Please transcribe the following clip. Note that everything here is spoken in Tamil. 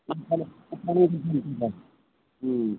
ம்